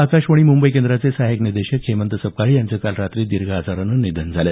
आकाशवाणी मुंबई केंद्राचे सहायक निदेशक हेमंत सपकाळे याचं काल रात्री दीर्घ आजाराने निधन झालं